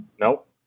Nope